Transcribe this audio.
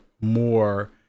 more